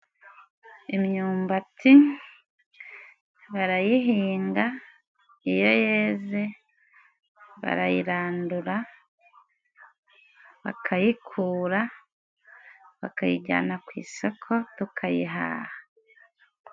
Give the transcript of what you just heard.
Imyumbati barayihinga. Iyo yeze barayirandura, bakayikura, bakayijyana ku isoko tukayihaha.